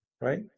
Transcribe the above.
Right